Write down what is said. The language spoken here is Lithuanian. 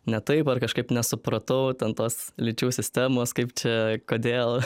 ne taip ar kažkaip nesupratau ten tos lyčių sistemos kaip čia kodėl